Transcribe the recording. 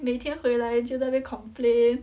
每天回来就在这边 complain